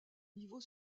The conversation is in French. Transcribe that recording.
niveau